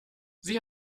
sie